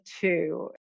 two